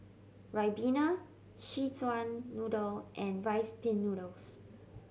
ribena Szechuan Noodle and Rice Pin Noodles